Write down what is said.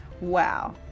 Wow